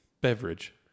Beverage